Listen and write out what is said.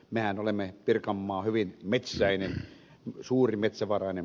mehän olemme pirkanmaa hyvin metsäinen suuri metsävarainen